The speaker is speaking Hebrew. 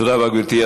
תודה רבה, גברתי.